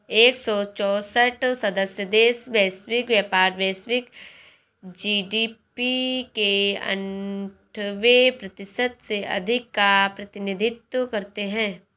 एक सौ चौसठ सदस्य देश वैश्विक व्यापार, वैश्विक जी.डी.पी के अन्ठान्वे प्रतिशत से अधिक का प्रतिनिधित्व करते हैं